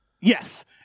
Yes